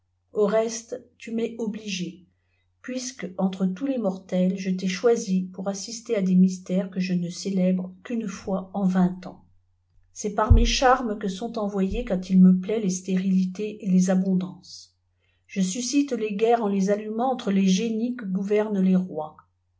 au mftte tu m'içs obligé puisquç ei t e iquç le mortels je viii oboii pour assister des mystères que je ne célèbre çl qu'up fois qn vingt ans c c'est piir mies chrme qu sont envoyées quand il me plaît les stérilités et les abondances je suscite les guerres en les humant entre les génies qui gouvernent les rois